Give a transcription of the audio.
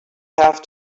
have